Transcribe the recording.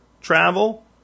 Travel